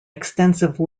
extensive